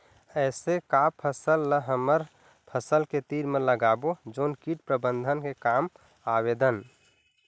ऐसे का फसल ला हमर फसल के तीर मे लगाबो जोन कीट प्रबंधन के काम आवेदन?